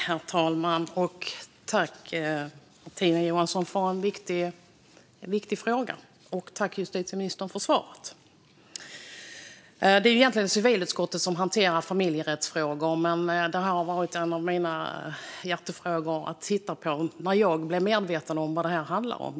Herr talman! Tack, Martina Johansson, för en viktig fråga, och tack, justitieministern, för svaret! Det är egentligen civilutskottet som hanterar familjerättsfrågor, men detta har varit en av mina hjärtefrågor sedan jag blev medveten om vad det handlar om.